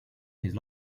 his